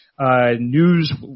news